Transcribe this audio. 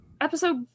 episode